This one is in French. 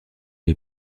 les